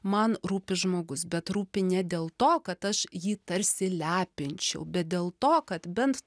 man rūpi žmogus bet rūpi ne dėl to kad aš jį tarsi lepinčiau bet dėl to kad bent